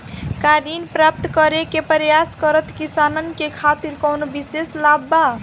का ऋण प्राप्त करे के प्रयास करत किसानन के खातिर कोनो विशेष लाभ बा